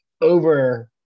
over